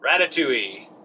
Ratatouille